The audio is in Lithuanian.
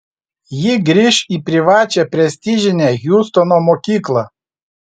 ji grįš į privačią prestižinę hjustono mokyklą